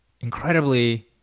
incredibly